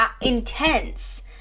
intense